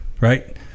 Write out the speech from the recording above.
right